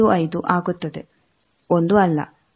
75 ಆಗುತ್ತದೆ 1 ಅಲ್ಲ